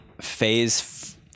Phase